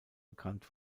bekannt